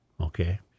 Okay